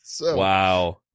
wow